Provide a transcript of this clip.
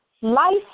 Life